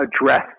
address